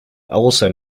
also